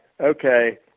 okay